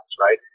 right